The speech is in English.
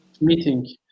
meeting